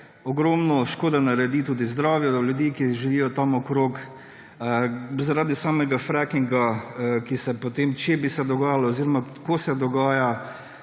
ogromno škode naredi tudi zdravju ljudi, ki živijo tam okrog. Zaradi samega frackinga, ki se potem, če bi se dogajalo oziroma ko se dogaja,